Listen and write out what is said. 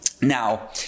Now